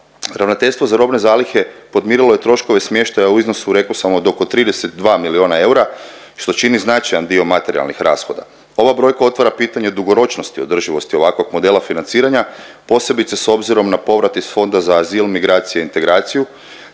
Ravnateljstvo za robne zalihe podmirilo je troškove smještaja u iznosu reko sam od oko 32 milijuna eura, što čini značajan dio materijalnih rashoda. Ova brojka otvara pitanje dugoročnosti održivosti ovakvog modela financiranja, posebice s obzirom na povrat iz Fonda za azil, migracije i integraciju,